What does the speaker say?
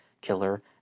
Killer